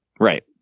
Right